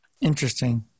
Interesting